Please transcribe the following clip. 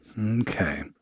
Okay